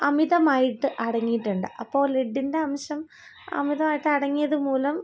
അമിതമായിട്ട് അടങ്ങിയിട്ടുണ്ട് അപ്പോള് ലെഡിൻറ്റംശം അമിതായിട്ട് അടങ്ങിയതുമൂലം